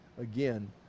again